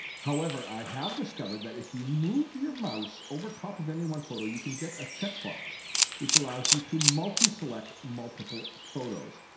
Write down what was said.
however, i have discovered that if you move your mouse over top of any one photo, you can get a check box which allows you to multi-select multiple photos.